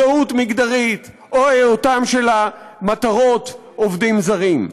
זהות מגדרית או היותם של המטרות עובדים זרים.